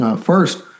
First